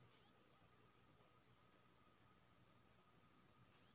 टमाटर के खेती में कम लागत में पौधा अच्छा केना होयत छै?